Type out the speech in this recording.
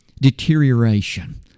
Deterioration